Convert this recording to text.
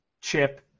Chip